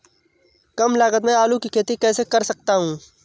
कम लागत में आलू की खेती कैसे कर सकता हूँ?